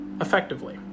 effectively